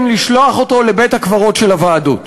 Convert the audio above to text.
לשלוח אותו לבית-הקברות של הוועדות.